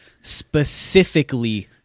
specifically